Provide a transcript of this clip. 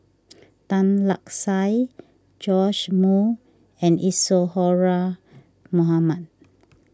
Tan Lark Sye Joash Moo and Isadhora Mohamed